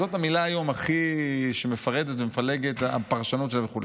זו המילה המפרדת והמפלגת ביותר, הפרשנות שלה וכו'.